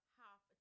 half